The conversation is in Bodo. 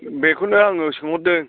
बेखौनो आङो सोंहरदों